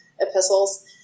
epistles